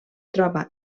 troba